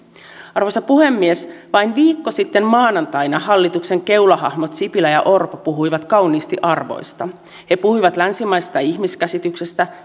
arvoisa puhemies vain viikko sitten maanantaina hallituksen keulahahmot sipilä ja orpo puhuivat kauniisti arvoista he puhuivat länsimaisesta ihmiskäsityksestä